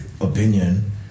opinion